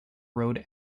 road